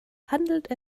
handelt